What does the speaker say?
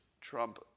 Trump